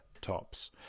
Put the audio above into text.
tops